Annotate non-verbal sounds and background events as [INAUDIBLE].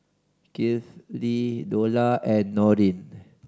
Kifli Dollah and Nurin [NOISE]